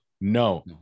No